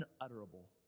unutterable